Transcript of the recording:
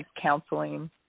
counseling